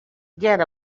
get